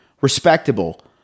respectable